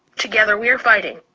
together we are fighting.